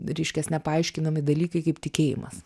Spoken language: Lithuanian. reiškias nepaaiškinami dalykai kaip tikėjimas